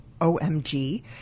OMG